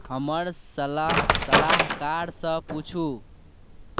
हमर सलाह सलाहकारसँ पुछु